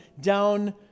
down